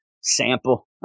sample